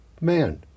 man